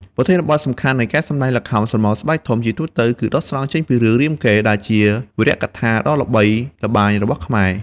ប្រធានបទសំខាន់នៃការសម្តែងល្ខោនស្រមោលស្បែកធំ ជាទូទៅគឺដកស្រង់ចេញពី រឿងរាមកេរ្តិ៍ ដែលជាវីរកថាដ៏ល្បីល្បាញរបស់ខ្មែរ។